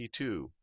T2